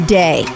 day